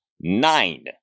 nine